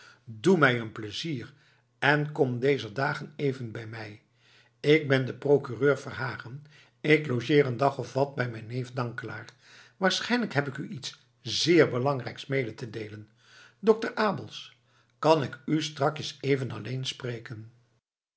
doe mij een pleizier en kom dezer dagen even bij mij ik ben de procureur verhagen ik logeer een dag of wat bij mijn neef dankelaar waarschijnlijk heb ik u iets zeer belangrijks mede te deelen dokter abels kan ik u strakjes even alleen spreken